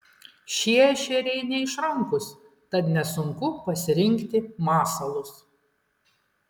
šie ešeriai neišrankūs tad nesunku pasirinkti masalus